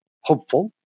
hopeful